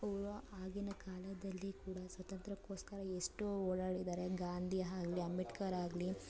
ಆಗಿನ ಕಾಲದಲ್ಲಿ ಕೂಡ ಸ್ವಾತಂತ್ರ್ಯಕ್ಕೋಸ್ಕರ ಎಷ್ಟೋ ಓಡಾಡಿದ್ದಾರೆ ಗಾಂಧಿ ಆಗ್ಲಿ ಅಂಬೇಡ್ಕರ್ ಆಗ್ಲಿ